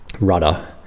Rudder